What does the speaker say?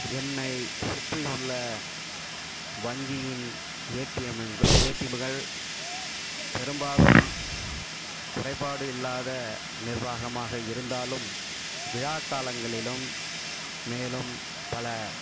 என்னை சுற்றி உள்ள வங்கியின் ஏடிஎம்மெங்கு ஏடிஎம்முகள் பெரும்பாலும் குறைபாடு இல்லாத நிர்வாகமாக இருந்தாலும் விழாக்காலங்களிலும் மேலும் பல